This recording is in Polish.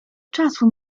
czasu